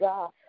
God